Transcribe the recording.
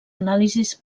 anàlisis